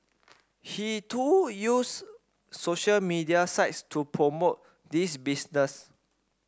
he too used social media sites to promote this business